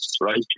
right